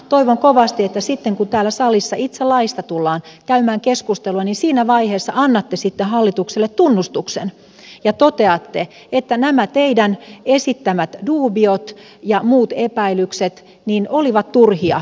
toivon kovasti että sitten kun täällä salissa itse laista tullaan käymään keskustelua niin siinä vaiheessa annatte sitten hallitukselle tunnustuksen ja toteatte että nämä teidän esittämänne dubiot ja muut epäilykset olivat turhia